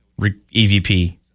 EVP